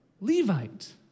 Levite